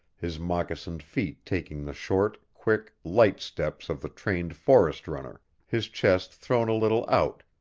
his moccasined feet taking the short, quick, light steps of the trained forest runner, his chest thrown a little out,